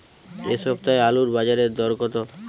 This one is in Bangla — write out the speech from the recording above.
এ সপ্তাহে আলুর বাজারে দর কত?